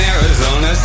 Arizona